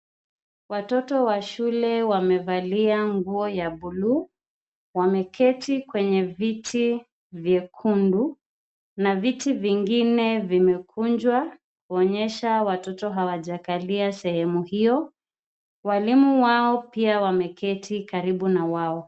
Watoto wa shule wamevalia nguo ya buluu waeketi kwenye viti vyekundu na viti vingine vimekunjwa kuonyesha watoto hawajakalia sehemu hiyo. Walimu wao pia wameketi karibu na wao.